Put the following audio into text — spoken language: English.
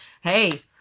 hey